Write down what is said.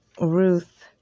Ruth